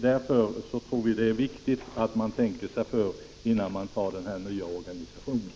Därför anser vi att det är viktigt att man nu tänker sig för innan man genomför den här nya organisationen.